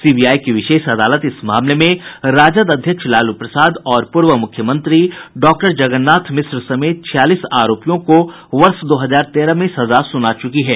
CBI की विशेष अदालत इस मामले में राष्ट्रीय जनता दल अध्यक्ष लालू प्रसाद और पूर्व मुख्यमंत्री डॉ जगन्नाथ मिश्र समेत छियालीस आरोपियों को वर्ष दो हजार तेरह में सजा सुना चुकी है